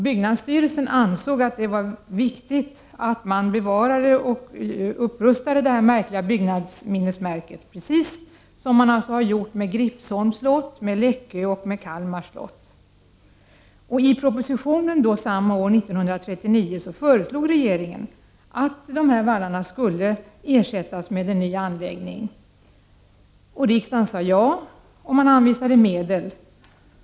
Byggnadsstyrelsen ansåg att det var viktigt att bevara och rusta upp detta märkliga byggnadsminnesmärke, precis som skett i fråga om Gripsholms, Kalmars och Läckö slott. I propositionen som kom samma år, 1939, föreslog regeringen att försvarsvallarna skulle ersättas med en ny anläggning. Riksdagen sade ja, och anvisade medel.